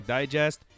Digest